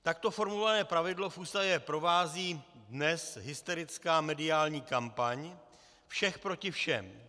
Takto formulované pravidlo v Ústavě provází dnes hysterická mediální kampaň všech proti všem.